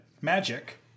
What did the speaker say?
magic